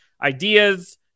ideas